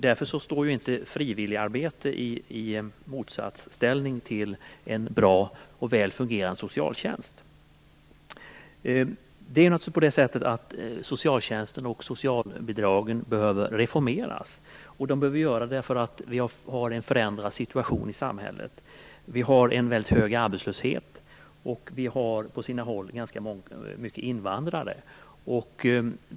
Därför står inte frivilligarbete i motsatsställning till en bra och väl fungerande socialtjänst. Socialtjänsten och socialbidragen behöver naturligtvis reformeras. Det beror på att vi har en förändrad situation i samhället. Vi har en mycket hög arbetslöshet och på sina håll ganska många invandrare.